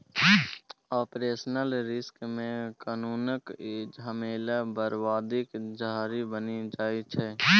operational risk मे कानुनक झमेला बरबादीक जरि बनि जाइ छै